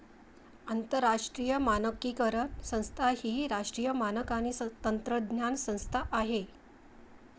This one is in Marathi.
आंतरराष्ट्रीय मानकीकरण संस्था ही राष्ट्रीय मानक आणि तंत्रज्ञान संस्था आहे